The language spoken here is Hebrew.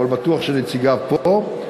אבל בטוח שנציגיו פה,